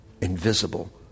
invisible